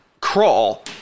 crawl